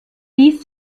dies